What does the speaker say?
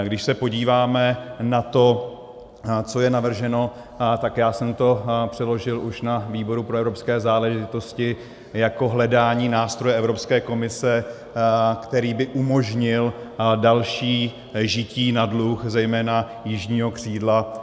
Když se podíváme na to, co je navrženo, tak já jsem to přeložil už na výboru pro evropské záležitosti jako hledání nástroje Evropské komise, který by umožnil další žití na dluh zejména jižního křídla eurozóny.